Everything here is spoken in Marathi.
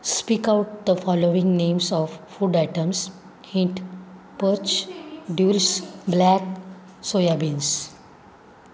speak out the following names of food items hint पच ड्युरस ब्लॅक सोयाबीन्स